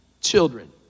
children